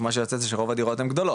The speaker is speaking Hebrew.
הדיור מה שיוצא זה שרוב הדירות הן גדולות,